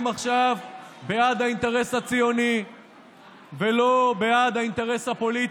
עכשיו בעד האינטרס הציוני ולא בעד האינטרס הפוליטי,